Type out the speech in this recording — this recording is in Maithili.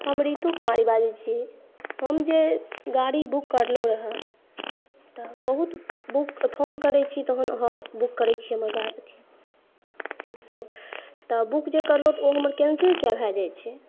हम ऋतु कुमारी बाजै छी हम जे गाड़ी बुक करलहुॅं रह तऽ बहुत बुक फ़ोन करै छी तहन अहाँ बुक करै छी हमर अथी सीटसभ तऽ बुक जे करलहुॅं तऽ ओ हमर कैन्सिल किया भए जाइ छै